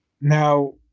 Now